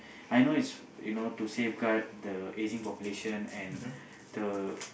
I know is you know to safeguard the ageing population and the